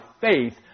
faith